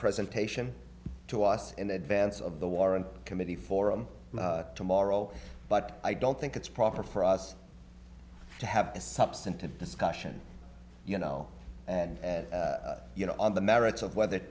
presentation to us in advance of the warren committee forum tomorrow but i don't think it's proper for us to have a substantive discussion you know as you know on the merits of whether